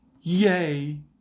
Yay